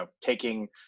taking